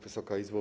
Wysoka Izbo!